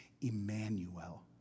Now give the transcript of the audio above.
Emmanuel